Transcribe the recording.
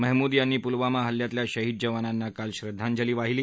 महमुद यांनी पुलवामा हल्ल्यातल्या शहीद जवानांना काल श्रद्वांजली वाहिली